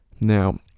now